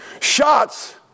shots